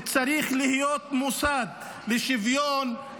צריכים להיות מוסד לשוויון,